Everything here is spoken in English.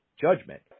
judgment